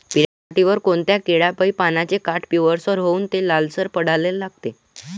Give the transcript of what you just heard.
पऱ्हाटीवर कोनत्या किड्यापाई पानाचे काठं पिवळसर होऊन ते लालसर पडाले लागते?